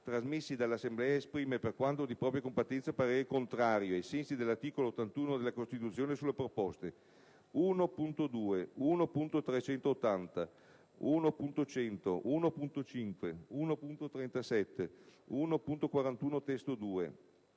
trasmessi dall'Assemblea, esprime, per quanto di propria competenza, parere contrario, ai sensi dell'articolo 81 della Costituzione sulle proposte 1.2, 1.380, 1.100, 1.5, 1.37, 1.41 (testo 2),